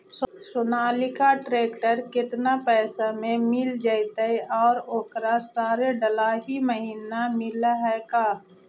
Sonalika tractor केतना पैसा में मिल जइतै और ओकरा सारे डलाहि महिना मिलअ है का?